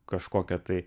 kažkokią tai